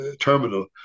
Terminal